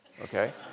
okay